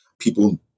people